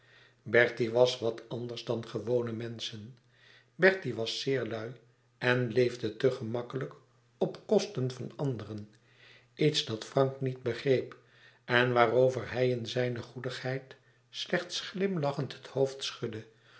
bertie was wat anders dan gewone menschen bertie was zeer lui en leefde te gemakkelijk op kosten van anderen iets dat frank niet begreep en waarover hij in zijne goedigheid slechts glimlachend het hoofd schudde